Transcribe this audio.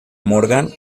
morgan